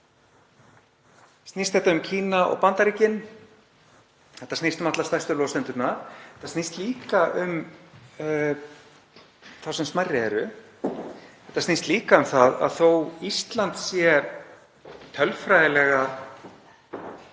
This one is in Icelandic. Snýst þetta um Kína og Bandaríkin? Þetta snýst um alla stærstu losendurna. Þetta snýst líka um þá sem smærri eru. Þetta snýst líka um það að þó að Ísland sé tölfræðilega